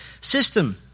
system